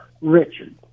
Richard